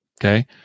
okay